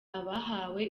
abahawe